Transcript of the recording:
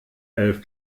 elf